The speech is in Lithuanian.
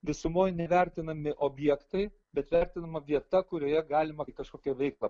visumoj neįvertinami objektai bet vertinama vieta kurioje galima kažkokią veiklą